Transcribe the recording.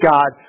God